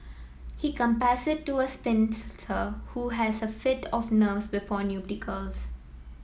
he compares it to a spinster who has a fit of nerves before nuptials